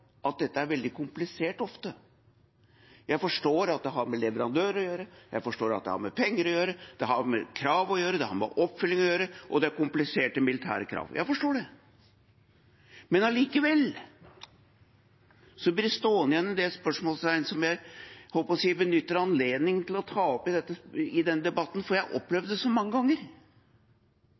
at dette ofte er veldig komplisert. Jeg forstår at det har med leverandører å gjøre, jeg forstår at det har med penger, krav og oppfølging å gjøre, og at det er kompliserte militære krav. Jeg forstår det. Men likevel blir det stående igjen en del spørsmål som jeg benytter anledningen til å ta opp i denne debatten, for jeg har opplevd det så mange ganger.